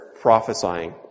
prophesying